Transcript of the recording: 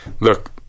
look